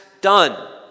done